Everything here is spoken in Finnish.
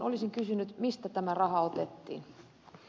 olisin kysynyt mistä tämä raha otettiin